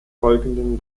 folgenden